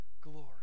glory